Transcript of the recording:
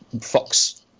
fox